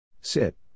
Sit